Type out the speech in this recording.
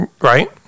Right